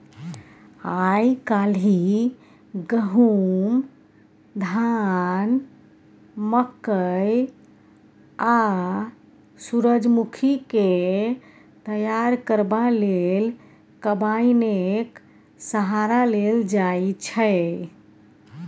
आइ काल्हि गहुम, धान, मकय आ सूरजमुखीकेँ तैयार करबा लेल कंबाइनेक सहारा लेल जाइ छै